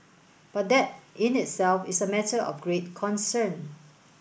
but that in itself is a matter of great concern